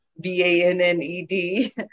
B-A-N-N-E-D